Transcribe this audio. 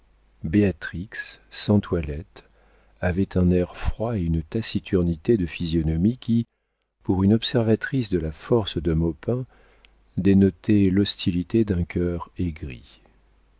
béatrix sans toilette avait un air froid et une taciturnité de physionomie qui pour une observatrice de la force de maupin dénotait l'hostilité d'un cœur aigri